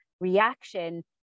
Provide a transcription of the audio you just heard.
reaction